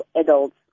adults